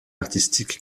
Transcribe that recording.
artistique